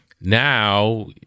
Now